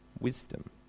wisdom